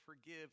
forgive